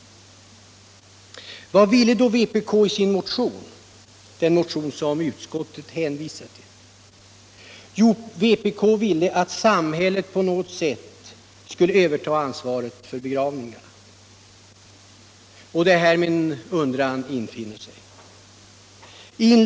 Vad ville då vpk med sin motion, den som utskottet nu hänvisar till? Jo, vpk ville att samhället på något sätt skulle överta ansvaret för begravningarna. Det är här min undran infinner sig.